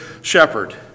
shepherd